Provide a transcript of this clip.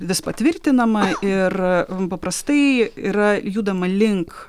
vis patvirtinama ir paprastai yra judama link